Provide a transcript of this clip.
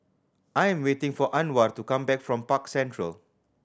I am waiting for Anwar to come back from Park Central